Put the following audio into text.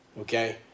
Okay